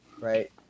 right